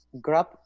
grab